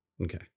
Okay